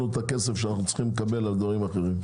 את הכסף שאנו צריכים לקבל על דברים אחרים.